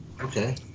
Okay